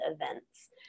events